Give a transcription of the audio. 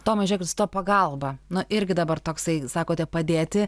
tomai su ta pagalba nu irgi dabar toksai sakote padėti